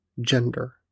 gender